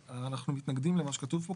אנחנו מתנגדים למה שכתוב פה.